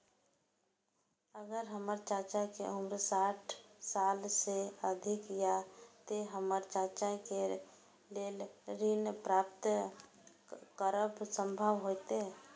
अगर हमर चाचा के उम्र साठ साल से अधिक या ते हमर चाचा के लेल ऋण प्राप्त करब संभव होएत?